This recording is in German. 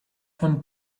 von